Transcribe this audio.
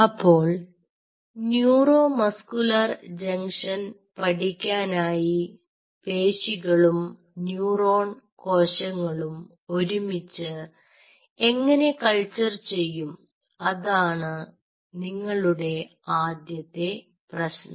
അപ്പോൾ neuro muscular junction പഠിക്കാനായി പേശികളും ന്യൂറോൺ കോശങ്ങളും ഒരുമിച്ച് എങ്ങനെ കൾച്ചർ ചെയ്യും അതാണ് നിങ്ങളുടെ ആദ്യത്തെ പ്രശ്നം